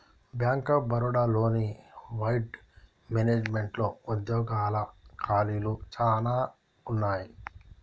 bank of Baroda లోని వెడ్ మేనేజ్మెంట్లో ఉద్యోగాల ఖాళీలు చానా ఉన్నయి